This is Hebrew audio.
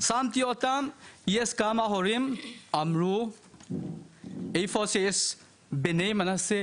שמתי אותם והיו כמה הורים שאמרו ש"איפה שיש בני מנשה,